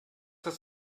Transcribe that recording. das